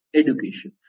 education